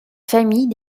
famille